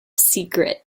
secret